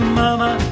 mama